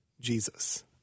Jesus